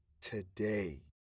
today